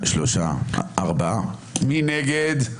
מי נגד?